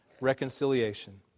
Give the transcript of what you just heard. reconciliation